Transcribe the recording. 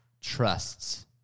trusts